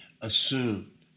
assumed